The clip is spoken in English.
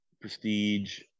Prestige